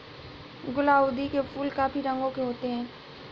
गुलाउदी के फूल काफी रंगों के होते हैं